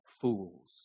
fools